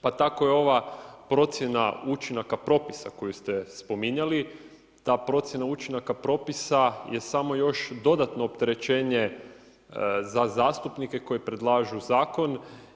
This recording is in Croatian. Pa tako je ova procjena učinaka propisa koju ste spominjali, ta procjena učinaka propisa je samo još dodatno opterećenje za zastupnike koji predlažu zakon.